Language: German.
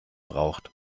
braucht